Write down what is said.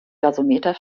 gasometer